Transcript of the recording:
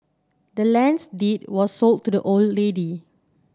the land's deed was sold to the old lady